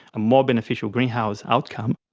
a more beneficial greenhouse outcome.